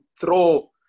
throw